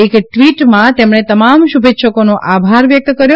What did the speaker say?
એક ટ઼વિટમાં તેમણે તમામ શુભેચ્છકોનો આભાર વ્યક્ત કર્યો